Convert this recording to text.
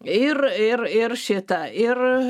ir ir ir šita ir